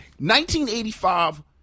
1985